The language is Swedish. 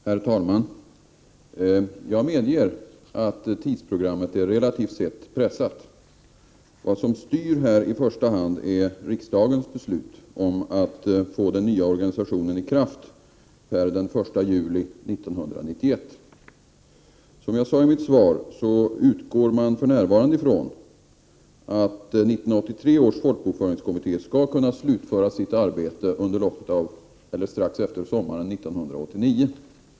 Herr talman! Jag medger att tidsprogrammet är relativt sett pressat. Vad som styr här är i första hand riksdagens beslut om att få den nya organisationen i kraft per den 1 juli 1991. Som jag sade i mitt svar utgår man för närvarande ifrån att 1983 års folkbokföringskommitté skall kunna slutföra sitt arbete strax efter sommaren 1989.